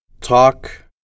Talk